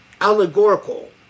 allegorical